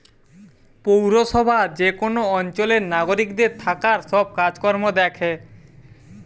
পৌরসভা যে কোন অঞ্চলের নাগরিকদের থাকার সব কাজ কর্ম দ্যাখে